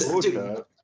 dude